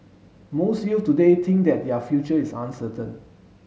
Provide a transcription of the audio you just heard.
most youth today think that their future is uncertain